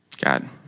God